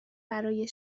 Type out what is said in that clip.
برای